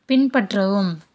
பின்பற்றவும்